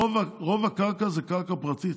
רוב הקרקע היא קרקע פרטית,